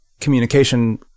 communication